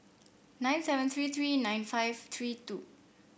nine seven three three nine five three two